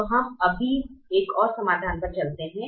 तो हम अभी एक और समाधान पर चलते हैं